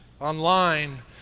online